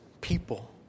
people